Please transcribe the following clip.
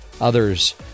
others